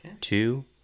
two